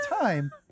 time